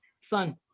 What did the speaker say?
son